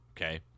okay